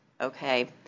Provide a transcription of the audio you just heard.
Okay